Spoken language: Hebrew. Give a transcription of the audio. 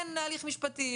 כן הליך משפטי,